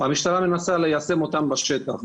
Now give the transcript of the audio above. המשטרה מנסה ליישם אותן בשטח.